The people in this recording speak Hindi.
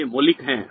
वे मौलिक हैं